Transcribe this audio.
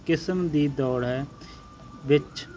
ਕਿਸਮ ਦੀ ਦੌੜ ਹੈ ਵਿੱਚ